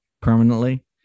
permanently